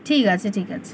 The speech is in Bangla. ঠিক আছে ঠিক আছে